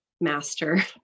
master